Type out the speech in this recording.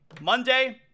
Monday